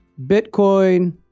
Bitcoin